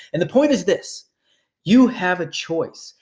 and the point is this you have a choice.